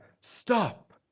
Stop